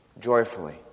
joyfully